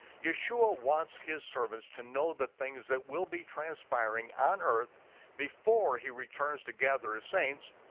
yeshua wants his servants to know the things that will be transpiring on earth before he returns to gather his saints,